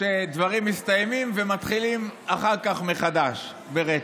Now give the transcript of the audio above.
שדברים מסתיימים ומתחילים אחר כך מחדש ברצף,